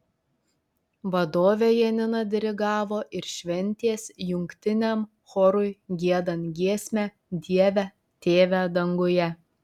vadovė janina dirigavo ir šventės jungtiniam chorui giedant giesmę dieve tėve danguje